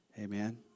Amen